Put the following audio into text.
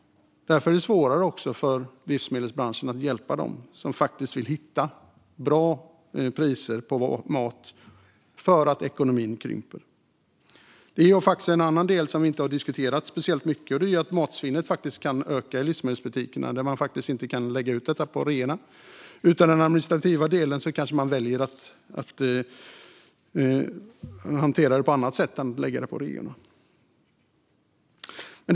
Därmed blir det svårare för livsmedelsbranschen att hjälpa dem som vill hitta bra priser på mat för att ekonomin krymper. En annan del som vi inte har diskuterat särskilt mycket är att matsvinnet i livsmedelsbutikerna kan öka när man inte kan lägga ut detta på rea. Man kanske väljer att hantera det på annat sätt i den administrativa delen än att lägga ut det på rea.